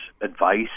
advice